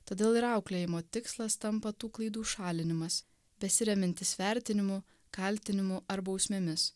todėl ir auklėjimo tikslas tampa tų klaidų šalinimas besiremiantis vertinimų kaltinimų ar bausmėmis